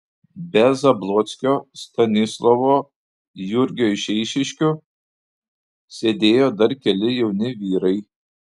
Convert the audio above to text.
be zablockio stanislovo jurgio iš eišiškių sėdėjo dar keli jauni vyrai